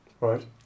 Right